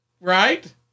Right